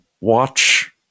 watch